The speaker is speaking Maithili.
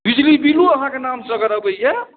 बिजली बिलो अहाँके नामसे अगर आबैए